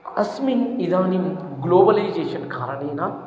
अस्मिन् इदानीं ग्लोबलैज़ेषन् कारणेन